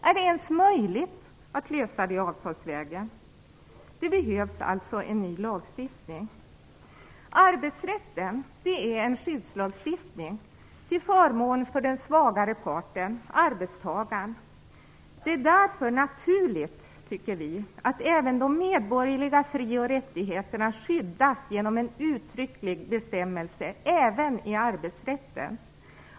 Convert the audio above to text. Är det ens möjligt att lösa det avtalsvägen? Det behövs alltså en ny lagstiftning. Arbetsrätten är en skyddslagstiftning till förmån för den svagare parten, arbetstagaren. Det är därför enligt vår mening naturligt att även de medborgerliga fri och rättigheterna skyddas genom en uttrycklig bestämmelse även i arbetsrätten.